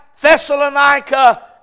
Thessalonica